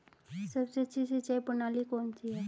सबसे अच्छी सिंचाई प्रणाली कौन सी है?